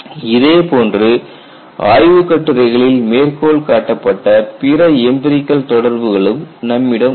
இதேபோன்று ஆய்வுக் கட்டுரைகளில் மேற்கோள் காட்டப்பட்ட பிற எம்பிரிகல் தொடர்புகளும் நம்மிடம் உள்ளன